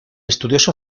estudioso